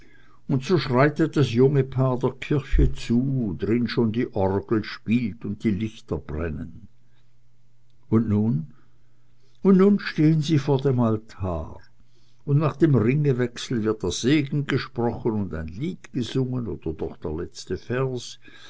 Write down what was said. und so schreitet das junge paar der kirche zu drin schon die orgel spielt und die lichter brennen und nun und nun stehen sie vor dem altar und nach dem ringewechsel wird der segen gesprochen und ein lied gesungen oder doch der letzte vers